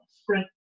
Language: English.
sprint